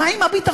מה עם הביטחון?